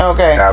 Okay